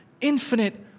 infinite